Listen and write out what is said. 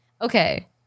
Okay